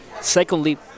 Secondly